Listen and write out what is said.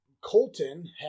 Colton